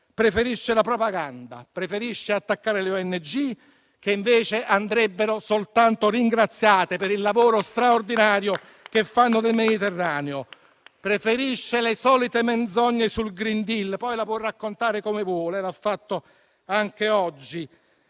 preferisce la propaganda, preferisce attaccare le ONG, che invece andrebbero soltanto ringraziate per il lavoro straordinario che fanno nel Mediterraneo. Preferisce le solite menzogne sul *green deal* - poi la può raccontare come vuole, e l'ha fatto anche oggi